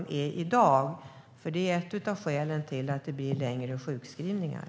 Här finns en av orsakerna till att det blir längre sjukskrivningar.